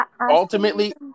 ultimately